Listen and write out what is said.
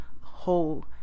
whole